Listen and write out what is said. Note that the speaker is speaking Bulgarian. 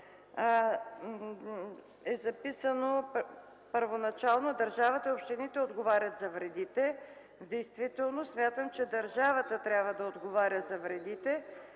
е записано първоначално „държавата и общините отговарят за вредите”. Действително смятам, че държавата трябва да отговаря за вредите,